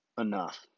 enough